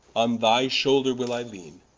on thy shoulder will i leane,